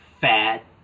fat